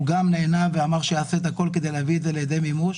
נענה ואמר שיעשה את הכול כדי להביא את זה לידי מימוש